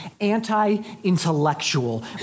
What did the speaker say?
anti-intellectual